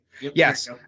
Yes